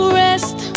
rest